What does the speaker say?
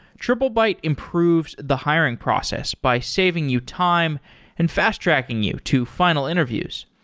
triplebyte improves the hiring process by saving you time and fast-tracking you to final interviews.